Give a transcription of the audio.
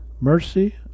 mercy